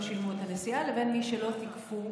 שילמו את הנסיעה לבין מי שלא תיקפו.